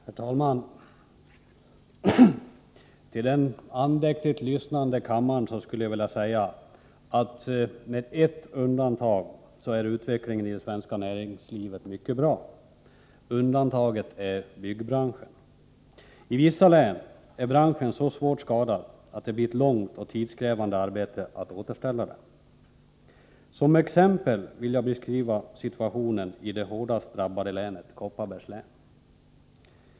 Herr talman! Till den andäktigt lyssnande kammaren skulle jag vilja säga att med ett undantag är utvecklingen i det svenska näringslivet mycket bra. Undantaget är byggbranschen. I vissa län är branschen så svårt skadad att det blir ett långt och tidskrävande arbete att återställa den. Som exempel vill jag beskriva situationen i det hårdast drabbade länet, Kopparbergs län.